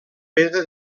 pedra